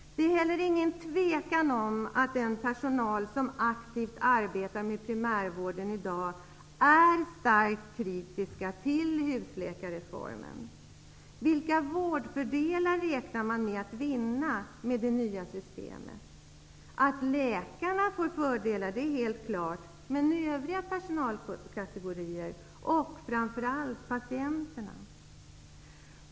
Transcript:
Det är heller ingen tvekan om att den personal som aktivt arbetar med primärvården i dag är starkt kritisk till husläkarreformen. Vilka vårdfördelar räknar man med att vinna med det nya systemet? Att läkarna får fördelar är helt klart, men övriga personalkategorier och framför allt patienterna?